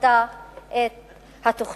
דחתה את התוכנית.